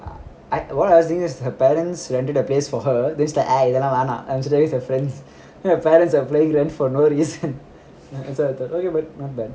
I what I was thinking is her parents rented a place for her then is like eh அதுலாம் வேணாம்:adhulam venam then her parents are paying rent for no reason